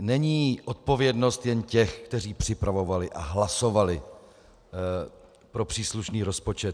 Není odpovědnost jen těch, kteří připravovali a hlasovali pro příslušný rozpočet.